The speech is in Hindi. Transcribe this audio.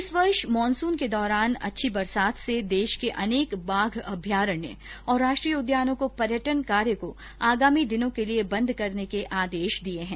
इस वर्ष मानसून के दौरान हुई अच्छी बरसात से देश के अनेक बाघ अम्यारण्य और राष्ट्रीय उद्यानों में पर्यटन कार्य को आगामी दिनों के लिये बंद करने के आदेश दिये गये हैं